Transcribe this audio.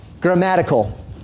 grammatical